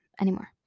anymore